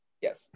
Yes